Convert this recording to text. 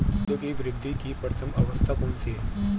पौधों की वृद्धि की प्रथम अवस्था कौन सी है?